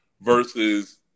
versus